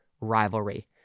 rivalry